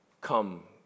come